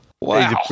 Wow